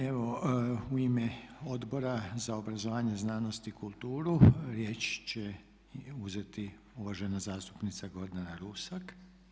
Evo u ime Odbora za obrazovanje, znanost i kulturu riječ će uzeti uvažena zastupnica Gordana Rusak.